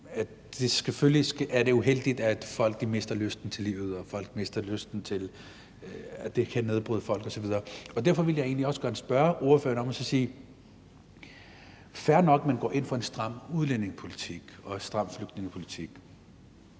det selvfølgelig er uheldigt, at folk mister lysten til livet, at det kan nedbryde folk osv., og derfor vil jeg egentlig også godt sige: Det er fair nok, at man går ind for en stram udlændingepolitik og en stram flygtningepolitik.